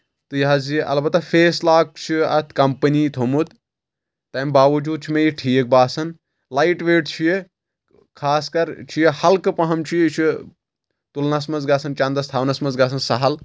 تہٕ یہِ حظ یہِ اَلبتہ فیس لاک چھُ اتھ کَمپنی تھوٚمُت تمہِ باوجوٗد چھُ مےٚ یہِ ٹھیٖک باسان لایٹ ویٹ چھُ یہِ خاص کر چھُ یہِ ہلکہٕ پہم چھُ یہِ چھُ تُلنس منٛز گژھان چندس تھاونس منٛز گژھان سہل